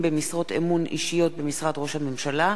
במשרות אמון אישיות במשרד ראש הממשלה.